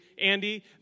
Andy